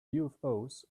ufos